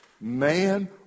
man